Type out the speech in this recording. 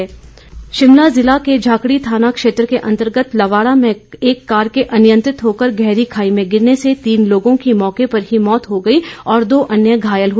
दुर्घटना शिमला जिले के झाकड़ी थाना क्षेत्र के अंतर्गत लवाड़ा में एक कार के अनियंत्रित होकर गहरी खाई में गिरने से तीन लोगों की मौके पर ही मौत हो गई और दो अन्य घायल हैं